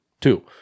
Two